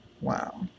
Wow